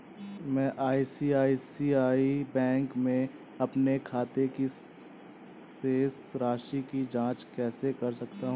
मैं ICICI bank के अपने खाते की शेष राशि की जाँच कैसे कर सकता हूँ?